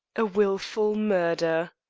a wilful murder